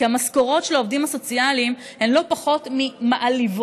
כי המשכורות של העובדים הסוציאליים הן לא פחות ממעליבות,